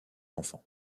enfants